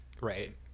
Right